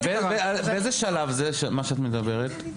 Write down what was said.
באיזה שלב זה מה שאת מדברת עליו?